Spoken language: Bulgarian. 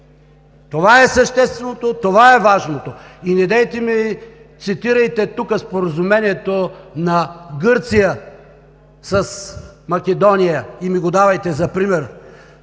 това е същественото, това е важното! И недейте ми цитирайте тук Споразумението на Гърция с Македония, и не ми го давайте за пример.